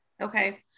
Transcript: Okay